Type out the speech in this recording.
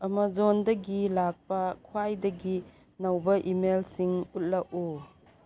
ꯑꯥꯃꯥꯖꯣꯟꯗꯒꯤ ꯂꯥꯛꯄ ꯈ꯭ꯋꯥꯏꯗꯒꯤ ꯅꯧꯕ ꯏꯃꯦꯜꯁꯤꯡ ꯎꯠꯂꯛꯎ